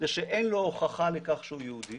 זה שאין לו הוכחה לכך שהוא יהודי